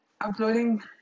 uploading